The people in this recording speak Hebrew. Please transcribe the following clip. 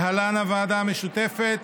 להלן הוועדה המשותפת